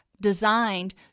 designed